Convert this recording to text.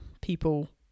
people